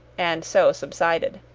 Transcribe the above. and so subsided.